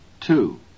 Two